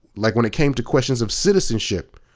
like when it came to questions of citizenship,